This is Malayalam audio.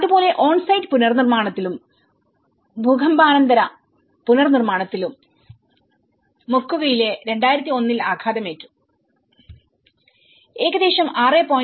അതുപോലെ ഓൺ സൈറ്റ്പുനർനിർമ്മാണത്തിലും ഭൂകമ്പാനന്തര പുനർനിർമ്മാണത്തിലും മൊക്വെഗുവയിൽ 2001 ൽ ആഘാതമേറ്റു ഏകദേശം 6